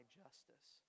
justice